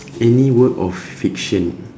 any work of fiction